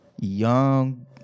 young